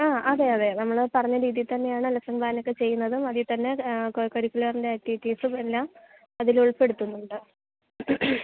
ആ അതെ അതെ നമ്മൾ പറഞ്ഞ രീതിയിൽത്തന്നെയാണ് ലെസ്സൺ പ്ലാനൊക്കെ ചെയ്യുന്നത് അതിൽത്തന്നെ കോക്കരിക്കുലറിൻ്റെ ആക്റ്റിവിറ്റീസുമെല്ലാം അതിലുൾപ്പെടുത്തുന്നുണ്ട്